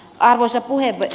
arvoisa puhemies